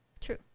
True